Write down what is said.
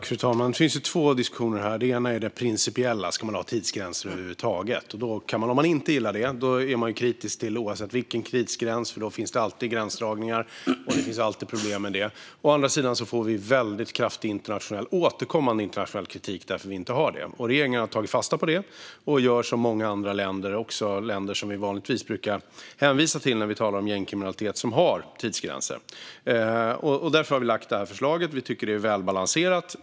Fru talman! Det finns två diskussioner här. Å ena sidan handlar det om det principiella, om man ska ha tidsgränser över huvud taget. Om man inte gillar det är man kritisk oavsett vilken tidsgräns det handlar om. Då finns det alltid gränsdragningar, och det finns alltid problem med det. Å andra sidan får vi återkommande kraftig internationell kritik för att vi inte har det. Regeringen har tagit fasta på det och gör som många andra länder, också länder som vi vanligtvis brukar hänvisa till när vi talar om gängkriminalitet och som har tidsgränser. Därför har vi lagt fram detta förslag. Vi tycker att det är välbalanserat.